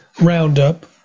Roundup